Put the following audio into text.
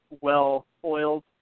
well-oiled